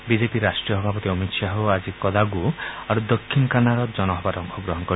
বিজেপিৰ ৰাষ্ট্ৰীয় সভাপতি অমিত খাহেও আজি কডাগু আৰু দক্ষিণ কান্নড়ত জনজসভাত অংশগ্ৰহণ কৰিব